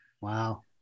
wow